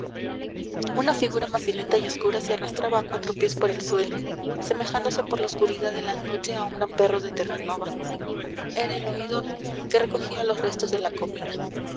una figura macilenta y oscura se arrastraba a cuatro pies por el suelo semejándose por la oscuridad de la noche a un gran perro de terranova era el oidor que recogía los restos de la comida